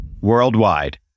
Worldwide